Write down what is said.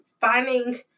finding